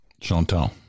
Chantal